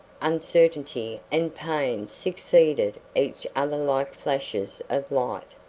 uncertainty and pain succeeded each other like flashes of light.